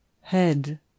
Head